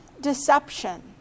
deception